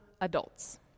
adults